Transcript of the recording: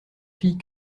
filles